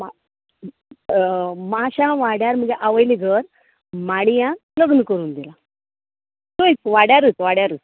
मा माश्यां वाड्यार म्हगेलें आवयलें घर माडयां लग्न करून दिला थयंच वाड्यारच वाड्यारच